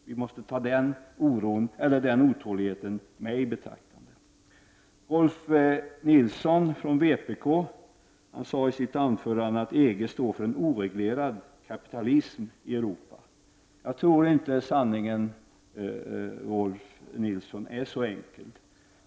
Vi måste ta den otåligheten i beaktande. Rolf L Nilson från vpk sade i sitt anförande att EG står för en oreglerad kapitalism i Europa. Jag tror inte att sanningen är så enkel.